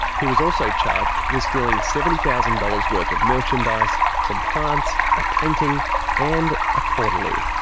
he was also charged with stealing seventy thousand dollars worth of merchandise, some plants, a painting and a portaloo.